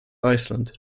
iceland